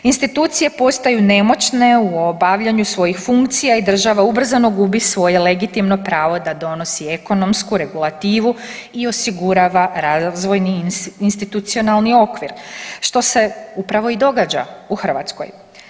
Institucije postaju nemoćne u obavljanju svojih funkcija i država ubrzano gubi svoje legitimno pravo da donosi ekonomsku regulativu i osigurava razvojni institucionalni okvir što se upravo i događa u Hrvatskoj.